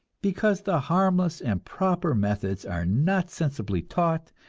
because the harmless and proper methods are not sensibly taught,